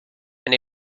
and